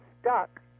stuck